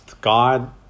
God